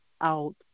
out